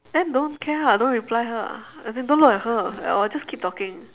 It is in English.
then don't care lah don't reply her as in don't look at her at all just keep talking